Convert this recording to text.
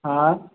हा